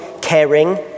caring